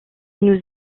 nous